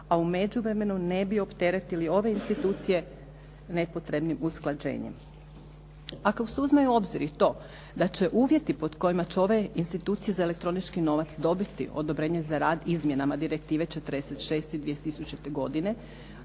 a u međuvremenu ne bi opteretili ove institucije nepotrebnim usklađenjem. Ako se uzme u obzir i to da će uvjeti pod kojima će ove institucije za elektronički novac dobiti odobrenje za rad izmjenama Direktive 46 iz 2000. godine,